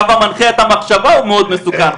הקו המנחה את המחשבה הוא מאוד מסוכן,